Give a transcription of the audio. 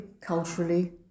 culturally